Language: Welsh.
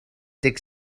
deg